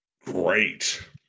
great